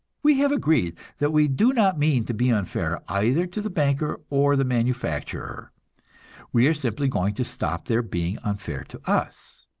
we have agreed that we do not mean to be unfair either to the banker or the manufacturer we are simply going to stop their being unfair to us.